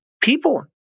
people